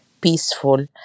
peaceful